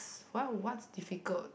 s~ why what's difficult